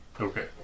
Okay